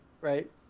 Right